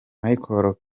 michel